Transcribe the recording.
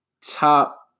top –